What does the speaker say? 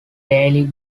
daily